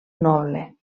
noble